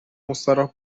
مستراح